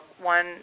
one